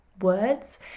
words